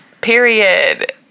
period